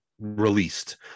released